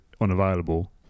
unavailable